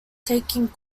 taking